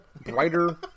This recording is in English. brighter